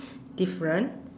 different